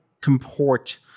comport